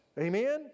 Amen